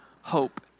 hope